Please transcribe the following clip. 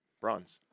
bronze